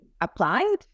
applied